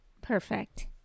Perfect